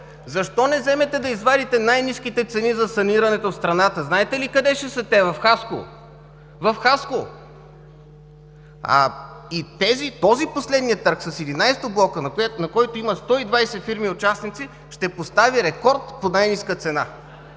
Защо не вземете да извадите най-ниските цени за санирането в страната? Знаете ли къде ще са те? В Хасково! В Хасково! Последният търг с 11-те блока, на който има 120 фирми участници, ще постави рекорд по най-ниска цена